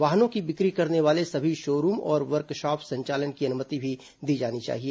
वाहनों की बिक्री करने वाले सभी शो रूम और वर्कशॉप संचालन की अनुमति भी दी जानी चाहिए